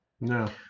No